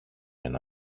ένα